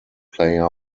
player